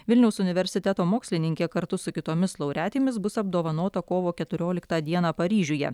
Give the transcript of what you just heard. vilniaus universiteto mokslininkė kartu su kitomis laureatėmis bus apdovanota kovo keturioliktą dieną paryžiuje